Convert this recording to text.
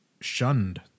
shunned